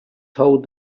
told